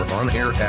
on-air